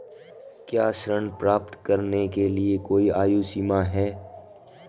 क्या ऋण प्राप्त करने के लिए कोई आयु सीमा है?